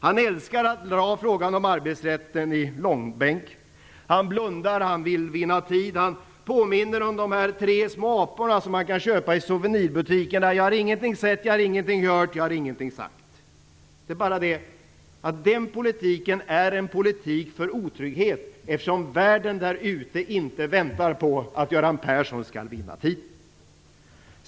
Han älskar att dra frågan om arbetsrätten i långbänk. Han blundar, och han vill vinna tid. Han påminner om de tre små aporna som man kan köpa i souvenirbutikerna: Jag har ingenting sett, jag har ingenting hört och jag har ingenting sagt. Det är bara det att den politiken är en politik för otrygghet, eftersom världen där ute inte väntar på att Göran Persson skall vinna tid.